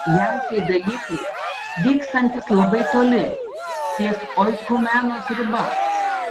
jam tai dalykai vykstantys labai toli ties oikumenos riba